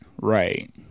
right